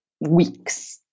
weeks